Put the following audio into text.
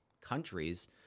countries